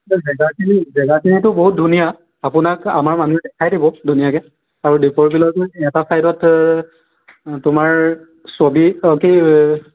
জেগাখিনি জেগাখিনিটো বহুত ধুনীয়া আপোনাক আমাৰ মানুহে দেখাই দিব ধুনীয়াকৈ আৰু দীপৰ বিলতটো এটা ছাইদত তোমাৰ ছবি অ' কি